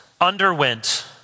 underwent